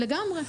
לגמרי.